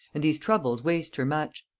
and these troubles waste her much.